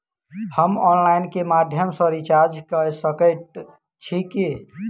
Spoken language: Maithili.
हम ऑनलाइन केँ माध्यम सँ रिचार्ज कऽ सकैत छी की?